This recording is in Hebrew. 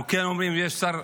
אנחנו אומרים, יש שר,